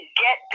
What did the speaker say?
get